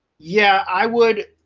yeah, i would